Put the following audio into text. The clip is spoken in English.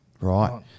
Right